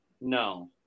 No